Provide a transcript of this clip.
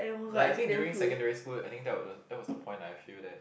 like I think during secondary school I think that was the that was the point I feel that